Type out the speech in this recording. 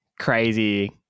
crazy